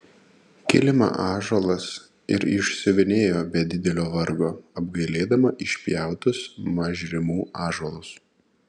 kilimą ąžuolas ir išsiuvinėjo be didelio vargo apgailėdama išpjautus mažrimų ąžuolus